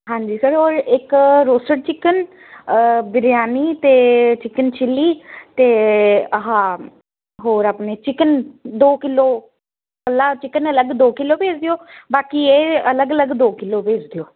ਹਾਂਜੀ ਸਰ ਔਰ ਇੱਕ ਰੋਸਟਡ ਚਿਕਨ ਬਿਰਿਆਨੀ ਅਤੇ ਚਿਕਨ ਚਿੱਲੀ ਅਤੇ ਆਹ ਹੋਰ ਆਪਣੇ ਚਿਕਨ ਦੋ ਕਿੱਲੋ ਇਕੱਲਾ ਚਿਕਨ ਅਲੱਗ ਦੋ ਕਿੱਲੋ ਭੇਜ ਦਿਓ ਬਾਕੀ ਇਹ ਦੋ ਕਿੱਲੋ ਅਲੱਗ ਅਲੱਗ ਭੇਜ ਦਿਓ